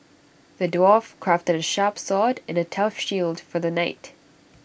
the dwarf crafted A sharp sword and A tough shield for the knight